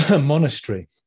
monastery